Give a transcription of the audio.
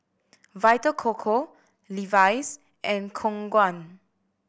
Vita Coco Levi's and Khong Guan